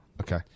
Okay